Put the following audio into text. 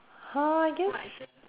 !huh! I guess